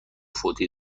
فوتی